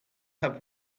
have